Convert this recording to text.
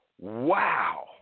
wow